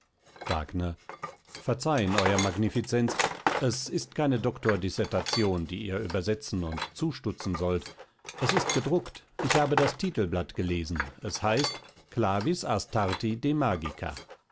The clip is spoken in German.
wagner verzeihen ew magnificenz es ist keine doctordissertation die ihr übersetzen und zustutzen sollt es ist gedruckt ich habe das titelblatt gelesen es heißt clavis astarti de magica